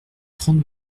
trente